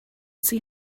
see